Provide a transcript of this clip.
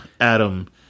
Adam